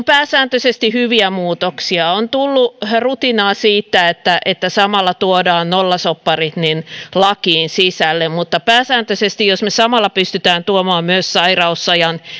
pääsääntöisesti hyviä muutoksia on tullut rutinaa siitä että että samalla tuodaan nollasopparit lakiin sisälle mutta pääsääntöisesti jos me samalla pystymme tuomaan myös sairausajan